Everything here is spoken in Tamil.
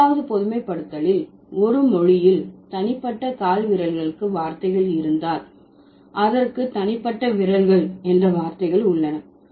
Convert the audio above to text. மூன்றாவது பொதுமைப்படுத்தலில் ஒரு மொழியில் தனிப்பட்ட கால்விரல்களுக்கு வார்த்தைகள் இருந்தால் அதற்கு தனிப்பட்ட விரல்கள் என்ற வார்த்தைகள் உள்ளன